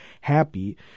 happy